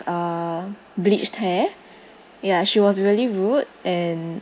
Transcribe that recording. uh bleached hair ya she was really rude and